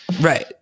right